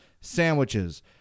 sandwiches